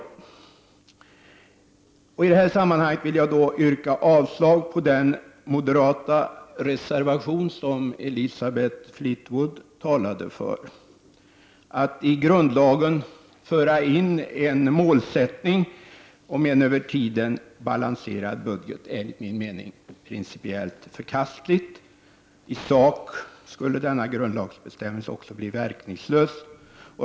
I detta sammanhang vill jag yrka avslag på den moderata reservation som Elisabeth Fleetwood talade för. Att i grundlagen föra in en målsättning om en tidsmässigt balanserad budget är, enligt min mening, principiellt förkastligt. I sak skulle denna grundlagsbestämmelse också bli verkningslös.